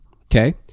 Okay